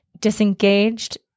Disengaged